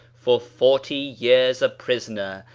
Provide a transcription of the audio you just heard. for forty years a prisoner,